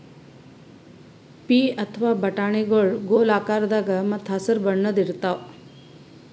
ಪೀ ಅಥವಾ ಬಟಾಣಿಗೊಳ್ ಗೋಲ್ ಆಕಾರದಾಗ ಮತ್ತ್ ಹಸರ್ ಬಣ್ಣದ್ ಇರ್ತಾವ